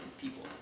people